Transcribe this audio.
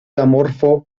amorfo